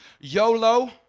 YOLO